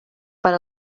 per